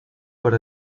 per